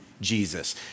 Jesus